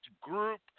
group